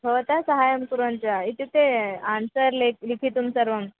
भवता सहायं कुर्वन्ति वा इत्युक्ते आन्सर् ले लिखितुं सर्वम्